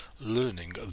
learning